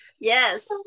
Yes